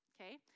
Okay